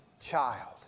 child